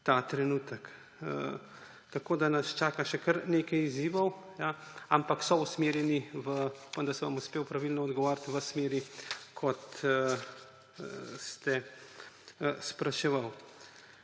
ta trenutek. Tako nas čaka še kar nekaj izzivov, ampak so usmerjeni – upam, da sem vam uspel pravilno odgovoriti – v smeri, kot ste spraševali.